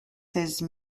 seize